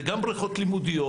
זה גם בריכות לימודיות.